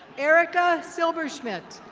ericka silversmitt.